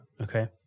Okay